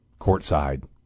courtside